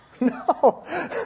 No